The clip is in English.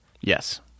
Yes